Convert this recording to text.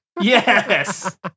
yes